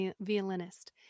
violinist